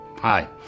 Hi